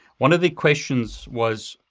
one of the questions was,